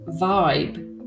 vibe